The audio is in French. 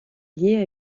lié